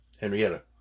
Henrietta